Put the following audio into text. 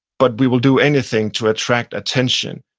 but we will do anything to attract attention,